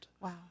Wow